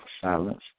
silence